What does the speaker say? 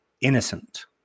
innocent